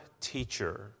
teacher